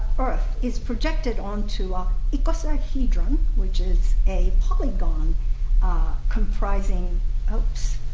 earth is projected onto ah icosahedron, which is a polygon comprising oh,